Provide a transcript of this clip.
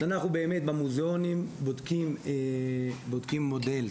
ואנחנו באמת במוזיאונים בודקים מודל,